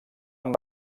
amb